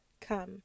Come